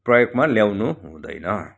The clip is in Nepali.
प्रयोगमा ल्याउनु हुँदैन